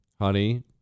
Honey